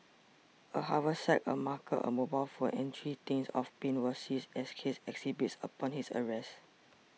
a haversack a marker a mobile phone and three tins of paint were seized as case exhibits upon his arrest